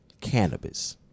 Cannabis